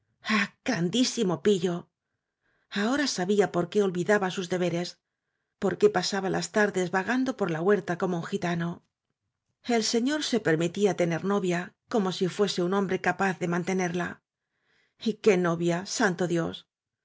grandísimo pillo ahora sabía por qué olvidaba sus debe res por qué pasaba las tardes vagando por la huerta como un gitano el señor se permitía tener novia como si fuese un hombre capaz de mantenerla y qué novia santo dios